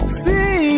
see